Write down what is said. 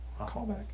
callback